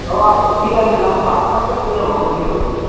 ও আমি ঠিক আছে আমি সাড়ে নটার দিকে ঢুকে যাবো মেদিনীপুর থেকে